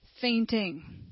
fainting